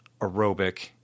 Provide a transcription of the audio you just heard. aerobic